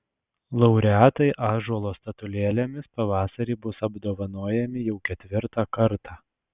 laureatai ąžuolo statulėlėmis pavasarį bus apdovanojami jau ketvirtą kartą